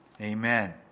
amen